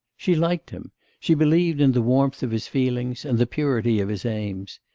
she liked him she believed in the warmth of his feelings, and the purity of his aims.